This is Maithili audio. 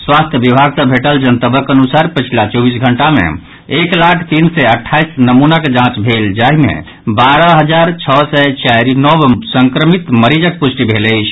स्वास्थ्य विभाग सँ भेटल जनतबक अनुसार पछिला चौबीस घंटा मे एक लाख तीन सय अट्ठाईस नमूनाक जांच भेल जाहि मे बारह हजार छओ सय चारि नव संक्रमित मरीजक पुष्टि भेल अछि